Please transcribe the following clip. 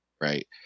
right